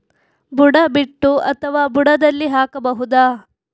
ಬುಡ ಬಿಟ್ಟು ಅಥವಾ ಬುಡದಲ್ಲಿ ಹಾಕಬಹುದಾ?